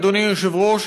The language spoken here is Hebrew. אדוני היושב-ראש,